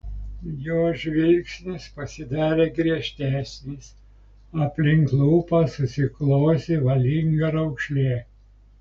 jo žvilgsnis pasidarė griežtesnis aplink lūpas susiklosi valinga raukšlė